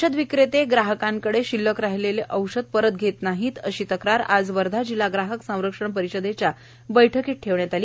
औषध विक्रेते ग्राहकांकडे शिल्लक राहिलेले औषध परत घेत नाहीत अशी तक्रार आज वर्धा जिल्हा ग्राहक संरक्षण परिषदेच्या बैठकीत ठेवण्यात आली